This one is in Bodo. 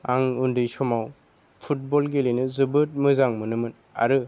आं उन्दै समाव फुटबल गेलेनो जोबोद मोजां मोनोमोन आरो